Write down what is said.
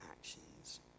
actions